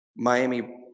Miami